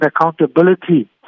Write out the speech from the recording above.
accountability